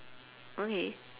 okay